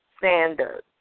Sanders